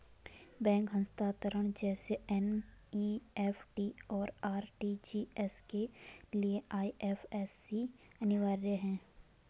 bank हस्तांतरण जैसे NEFT, और आर.टी.जी.एस के लिए आई.एफ.एस.सी अनिवार्य है